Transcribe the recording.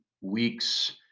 weeks